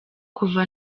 kuva